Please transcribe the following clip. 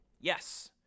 Yes